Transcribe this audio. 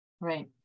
right